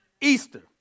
Easter